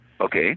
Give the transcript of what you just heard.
Okay